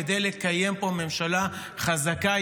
כדי לקיים פה ממשלה חזקה,